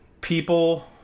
people